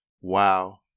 Wow